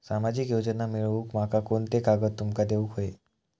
सामाजिक योजना मिलवूक माका कोनते कागद तुमका देऊक व्हये?